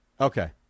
Okay